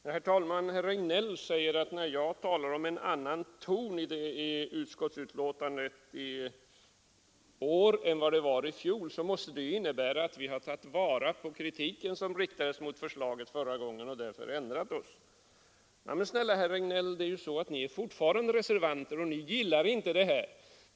Herr talman! Herr Regnéll säger att när jag talar om en annan ton i utskottsbetänkandet i år jämfört med i fjol måste det innebära att vi nu har tagit vara på kritiken som riktades mot förslaget förra gången och därför ändrat oss. Det är ju så, herr Regnéll, att ni fortfarande är reservanter och ni gillar inte det här.